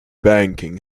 banking